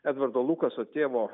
edvardo lukaso tėvo